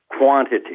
quantity